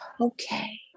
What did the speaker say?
okay